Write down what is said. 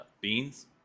Beans